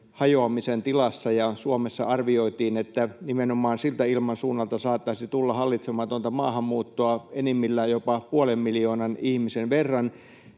hajoamisen tilassa ja Suomessa arvioitiin, että nimenomaan siltä ilmansuunnalta saattaisi tulla hallitsematonta maahanmuuttoa enimmillään jopa puolen miljoonan ihmisen verran,